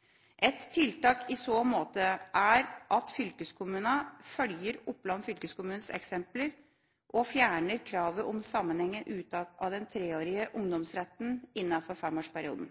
et trygdesystem. Et tiltak i så måte er at fylkeskommunene følger Oppland fylkeskommunes eksempel og fjerner kravet om sammenhengende uttak av den treårige ungdomsretten innenfor femårsperioden.